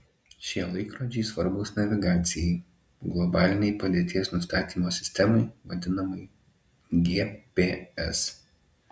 šie laikrodžiai svarbūs navigacijai globalinei padėties nustatymo sistemai vadinamajai gps